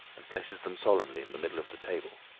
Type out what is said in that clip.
and places them solemnly in the middle of the table.